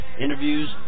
interviews